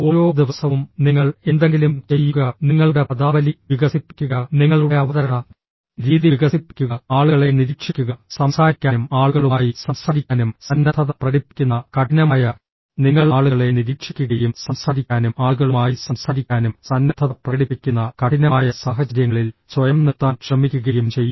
ഓരോ ദിവസവും നിങ്ങൾ എന്തെങ്കിലും ചെയ്യുക നിങ്ങളുടെ പദാവലി വികസിപ്പിക്കുക നിങ്ങളുടെ അവതരണ രീതി വികസിപ്പിക്കുക ആളുകളെ നിരീക്ഷിക്കുക സംസാരിക്കാനും ആളുകളുമായി സംസാരിക്കാനും സന്നദ്ധത പ്രകടിപ്പിക്കുന്ന കഠിനമായ നിങ്ങൾ ആളുകളെ നിരീക്ഷിക്കുകയും സംസാരിക്കാനും ആളുകളുമായി സംസാരിക്കാനും സന്നദ്ധത പ്രകടിപ്പിക്കുന്ന കഠിനമായ സാഹചര്യങ്ങളിൽ സ്വയം നിർത്താൻ ശ്രമിക്കുകയും ചെയ്യുന്നു